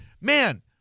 man